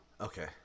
Okay